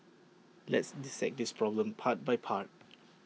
let's dissect this problem part by part